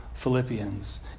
Philippians